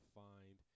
find